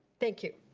thank you.